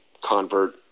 convert